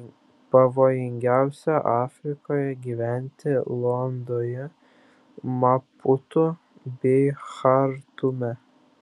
pavojingiausia afrikoje gyventi luandoje maputu bei chartume